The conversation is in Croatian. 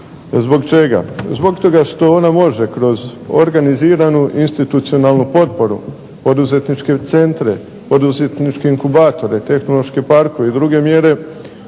zbog čega? Zbog toga što ona može kroz organiziranu institucionalnu potporu, poduzetničke centre, poduzetničke inkubatore, tehnološke parkove i druge mjere